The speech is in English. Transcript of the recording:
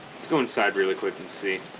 let's go inside really quick and see